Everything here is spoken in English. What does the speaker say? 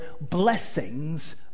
blessings